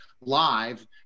live